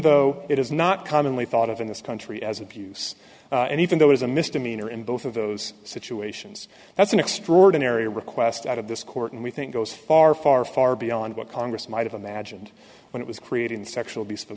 though it is not commonly thought of in this country as abuse and even though it is a misdemeanor in both of those situations that's an extraordinary request out of this court and we think goes far far far beyond what congress might have imagined when it was created in sexual abuse